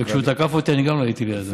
וכשהוא תקף אותי, גם אני לא הייתי לידו.